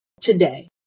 today